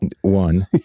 One